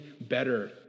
better